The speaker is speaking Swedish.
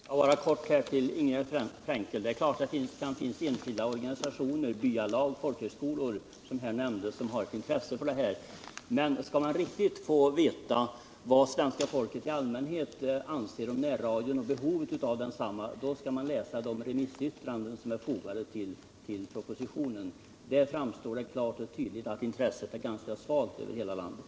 Herr talman! Bara helt kort till Ingegärd Frenkel: Det är klart att det kan finnas enskilda organisationer — byalag, folkhögskolor osv. — som har intresse för närradio, men skall man riktigt få veta vad svenska folket i allmänhet anser om behovet av närradio, då skall man läsa de remissyttranden som är fogade till propositionen. Där framstår det klart och tydligt att intresset är ganska svalt över hela landet.